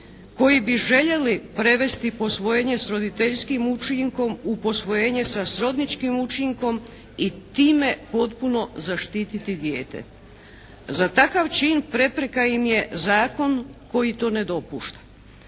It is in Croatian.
koji bi željeli prevesti posvojenje s roditeljskim učinkom u posvojenje sa srodničkim učinkom i time potpuno zaštititi dijete. Za takav čin prepreka im je zakon koji to ne dopušta.